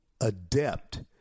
adept